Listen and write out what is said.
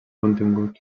contingut